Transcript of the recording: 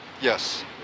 Yes